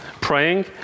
praying